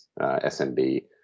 SMB